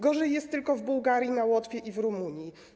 Gorzej jest tylko w Bułgarii, na Łotwie i w Rumunii.